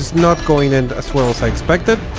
not going and as well as i expected.